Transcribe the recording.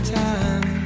time